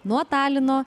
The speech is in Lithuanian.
nuo talino